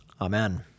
Amen